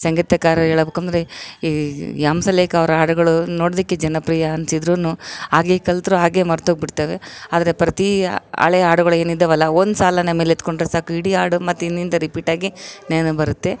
ಸಂಗೀತ ಕಾರ್ಯ ಹೇಳಬೇಕಂದ್ರೆ ಈ ಹಂಸಲೇಖ ಅವರ ಹಾಡುಗಳು ನೋಡೋದಕ್ಕೆ ಜನಪ್ರಿಯ ಅನ್ಸಿದ್ರು ಹಾಗೇ ಕಲಿತ್ರು ಹಾಗೇ ಮರ್ತು ಹೋಗ್ ಬಿಡ್ತವೆ ಆದರೆ ಪ್ರತಿ ಹಳೆ ಹಾಡುಗಳು ಏನು ಇದ್ದಾವಲ್ಲ ಒಂದು ಸಾಲನ್ನು ಮೇಲೆ ಎತ್ಕೊಂಡರೆ ಸಾಕು ಇಡೀ ಹಾಡು ಮತ್ತು ಹಿಂದಿಂದ ರಿಪೀಟ್ ಆಗಿ ನೆನಪು ಬರುತ್ತೆ